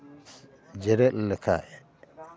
ᱡᱮᱨᱮᱛ ᱞᱮᱠᱷᱟᱱ